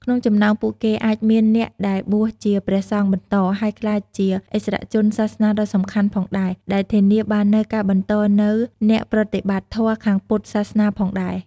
ក្នុងចំណោមពួកគេ អាចមានអ្នកដែលបួសជាព្រះសង្ឃបន្ត ហើយក្លាយជាឥស្សរជនសាសនាដ៏សំខាន់ផងដែរ ដែលធានាបាននូវការបន្តនូវអ្នកប្រតិបត្តិធម៌ខាងពុទ្ធសាសនាផងដែរ។